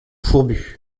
fourbus